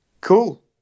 Cool